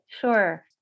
Sure